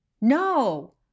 No